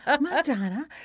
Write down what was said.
Madonna